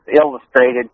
Illustrated